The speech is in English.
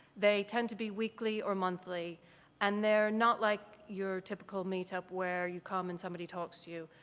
they tend to be weekly or monthly and they're not like your typical meet up where you come and somebody talks to you.